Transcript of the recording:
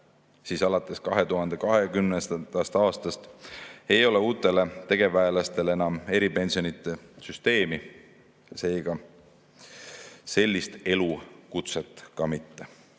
siis alates 2020. aastast ei kehti uutele tegevväelastele enam eripensionide süsteem, seega ei ole ka sellist elukutset mitte.